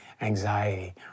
anxiety